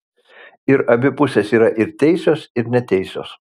ir abi pusės yra ir teisios ir neteisios